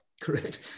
Correct